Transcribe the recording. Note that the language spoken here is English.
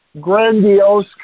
grandiose